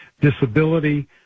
disability